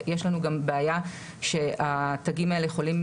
יש לנו גם בעיה שהתגים האלה יכולים